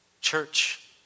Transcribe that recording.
church